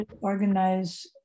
organize